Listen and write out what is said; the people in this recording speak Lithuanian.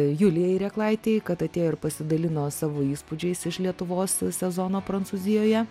julijai reklaitei kad atėjo ir pasidalino savo įspūdžiais iš lietuvos sezono prancūzijoje